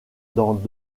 dans